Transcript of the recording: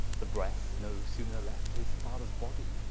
the breath no sooner left his fathers body,